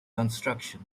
construction